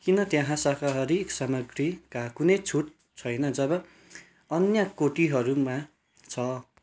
किन त्यहाँ शाकाहारी सामग्रीका कुनै छुट छैन जब अन्य कोटीहरूमा छ